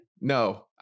no